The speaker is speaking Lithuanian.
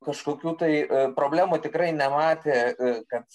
kažkokių tai problemų tikrai nematė kad